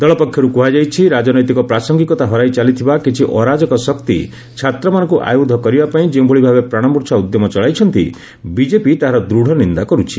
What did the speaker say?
ଦଳପକ୍ଷରୁ କୁହାଯାଇଛି ରାଜନୈତିକ ପ୍ରାସଙ୍ଗିକତା ହରାଇ ଚାଲିଥିବା କିଛି ଅରାଜକ ଶକ୍ତି ଛାତ୍ରମାନଙ୍କୁ ଆୟୁଧ କରିବାପାଇଁ ଯେଉଁଭଳି ଭାବେ ପ୍ରାଣମୂର୍ଚ୍ଛା ଉଦ୍ୟମ ଚଳାଇଛନ୍ତି ବିଜେପି ତାହାର ଦୂଢ଼ ନିନ୍ଦା କରୁଛି